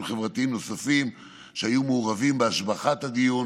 חברתיים נוספים שהיו מעורבים בהשבחת הדיון.